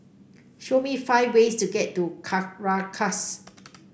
show me five ways to get to Caracas